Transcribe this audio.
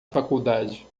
faculdade